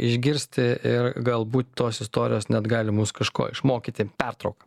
išgirsti ir galbūt tos istorijos net gali mus kažko išmokyti pertrauka